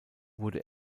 wurde